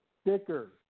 Sticker